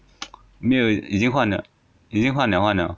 没有已经换了已经换了换了